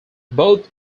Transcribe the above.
both